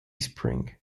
spring